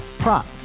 prop